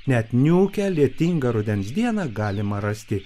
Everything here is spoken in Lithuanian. net niūkią lietingą rudens dieną galima rasti